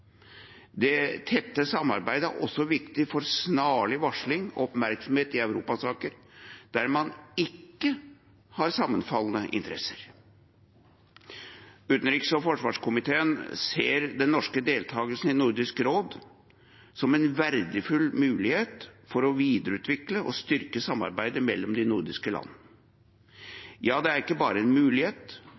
Det tette samarbeidet er også viktig for snarlig varsling og oppmerksomhet i europasaker der man ikke har sammenfallende interesser. Utenriks- og forsvarskomiteen ser den norske deltakelsen i Nordisk råd som en verdifull mulighet til å videreutvikle og styrke samarbeidet mellom de nordiske land. Det er ikke bare en mulighet,